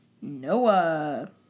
Noah